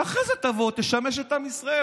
ואחרי זה תשמש את עם ישראל.